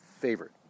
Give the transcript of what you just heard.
favorite